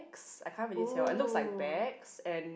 I can't really tell it looks like bags and